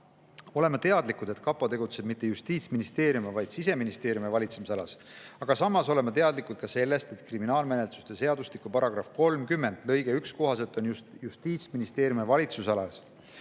teadlikud, et KaPo tegutseb mitte Justiitsministeeriumi, vaid Siseministeeriumi valitsemisalas, aga samas oleme teadlikud ka sellest, et kriminaalmenetluse seadustiku paragrahvi 30 lõige 1 kohaselt on just Justiitsministeeriumi valitsusalas